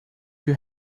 you